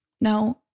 Now